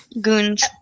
Goons